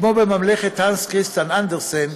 כמו בממלכה של הנס כריסטיאן אנדרסן,